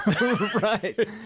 Right